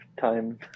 Time